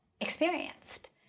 experienced